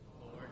Lord